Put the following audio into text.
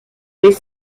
les